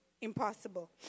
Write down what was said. impossible